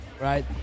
right